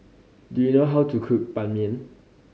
do you know how to cook Ban Mian